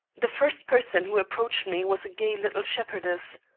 the first person who approached me was a gay little shepherdess.